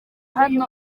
hano